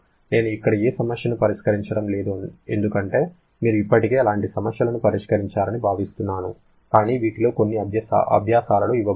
నేను ఇక్కడ ఏ సమస్యను పరిష్కరించడం లేదు ఎందుకంటే మీరు ఇప్పటికే అలాంటి సమస్యలను పరిష్కరించారని భావిస్తున్నాను కానీ వీటిలో కొన్ని అభ్యాసాలలో ఇవ్వబడతాయి